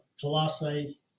Colossae